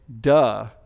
duh